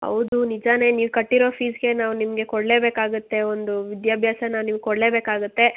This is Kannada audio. ಹೌದು ನಿಜಾನೇ ನೀವು ಕಟ್ಟಿರೋ ಫೀಜಿ಼ಗೆ ನಾವು ನಿಮಗೆ ಕೊಡಲೇಬೇಕಾಗುತ್ತೆ ಒಂದು ವಿದ್ಯಾಭ್ಯಾಸನ ನಿಮ್ಗೆ ಕೊಡಲೇಬೇಕಾಗುತ್ತೆ